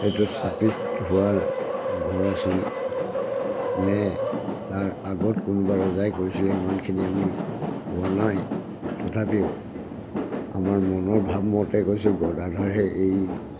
এইটো স্থাপিত হোৱাৰ ঘৰ আছিল নে তাৰ আগত কোনোবা ৰজাই কৰিছিলে ইমানখিনি আমি পোৱা নাই তথাপিও আমাৰ মনৰ ভাৱমতে কৈছোঁ গদাধৰহে এই